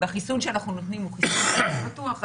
והחיסון שאנחנו נותנים הוא חיסון יעיל ובטוח,